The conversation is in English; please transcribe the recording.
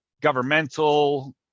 governmental